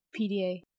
PDA